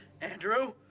Andrew